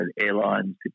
airlines